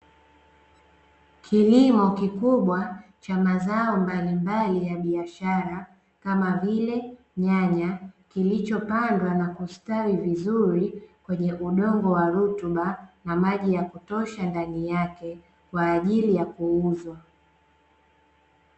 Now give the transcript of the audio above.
Kilimo kikubwa cha mazao mbalimmbali ya biashara kama vile nyanya, kilichopandwa na kustawi vizuri kwenye udongo wa rutuba na maji ya kutosha ndani yake, kwaajili ya kuuzwa.